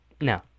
no